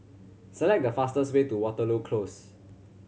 select the fastest way to Waterloo Close